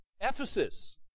Ephesus